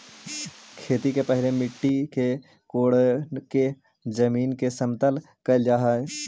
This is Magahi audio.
खेती के पहिले मिट्टी के कोड़के जमीन के समतल कैल जा हइ